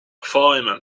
fireman